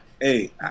hey